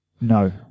No